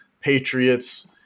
Patriots